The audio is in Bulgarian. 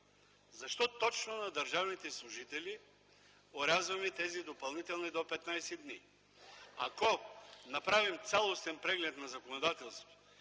защо точно на държавните служители орязваме тези допълнителни „до 15 дни” отпуск? Ако направим цялостен преглед на законодателството